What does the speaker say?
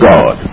God